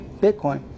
Bitcoin